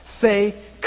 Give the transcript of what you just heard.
say